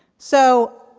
so,